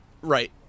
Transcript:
Right